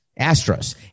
Astros